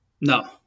No